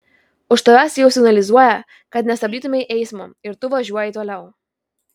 už tavęs jau signalizuoja kad nestabdytumei eismo ir tu važiuoji toliau